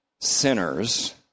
sinners